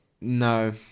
No